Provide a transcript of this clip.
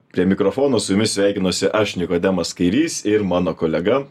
prie mikrofono su jumis sveikinuosi aš nikodemas kairys ir mano kolega